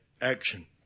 action